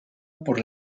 por